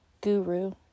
guru